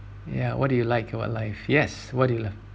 ya what do you like about life yes what do you love